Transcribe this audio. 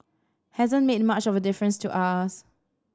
hasn't made much of a difference to us